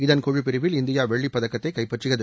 இதன் குழுப்பிரிவில் இந்தியா வெள்ளிப் பதக்கத்தை கைப்பற்றியது